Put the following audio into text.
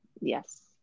yes